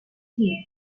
team